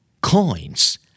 Coins